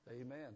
Amen